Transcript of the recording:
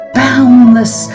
boundless